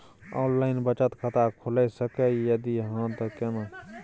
Online बचत खाता खुलै सकै इ, यदि हाँ त केना?